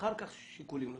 אחר כך שיקולים נוספים.